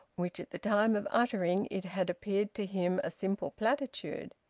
which at the time of uttering it had appeared to him a simple platitude.